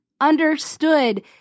understood